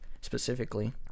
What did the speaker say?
specifically